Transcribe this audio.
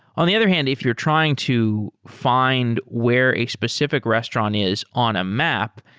on the other hand, if you're trying to find where a specific restaurant is on a map,